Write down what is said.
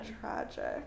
tragic